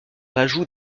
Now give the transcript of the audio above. l’ajout